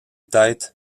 têtes